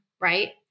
right